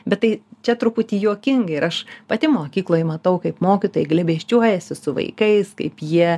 bet tai čia truputį juokinga ir aš pati mokykloj matau kaip mokytojai glėbesčiuojasi su vaikais kaip jie